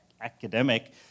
academic